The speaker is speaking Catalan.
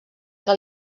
que